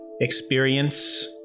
experience